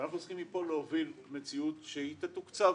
ואנחנו צריכים מפה להוביל מציאות שהיא תתוקצב